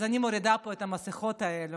אז אני מורידה פה את המסכות האלה.